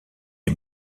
est